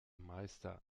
meister